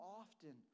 often